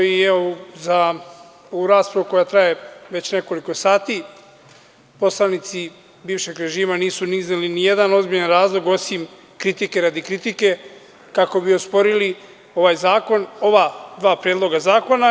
U ovoj raspravi, koja traje već nekoliko sati, poslanici bivšeg režima nisu izneli nijedan ozbiljan razlog, osim kritike radi kritike, kako bi osporili ovaj zakon, odnosno ova dva predloga zakona.